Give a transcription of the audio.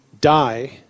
die